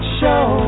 show